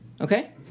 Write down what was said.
Okay